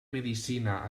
medicina